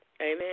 Amen